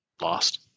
lost